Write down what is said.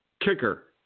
kicker